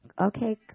okay